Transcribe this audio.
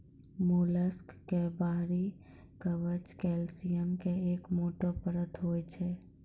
mollusc के बाहरी कवच कैल्सियम के एक मोटो परत होय छै